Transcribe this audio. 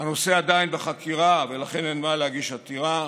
שהנושא עדיין בחקירה ולכן אין מה להגיש עתירה,